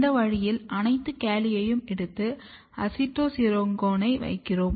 இந்த வழியில் அனைத்து காலியையும் எடுத்து அதில் அசிட்டோசிரிங்கோனை வைக்கிறோம்